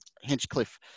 Hinchcliffe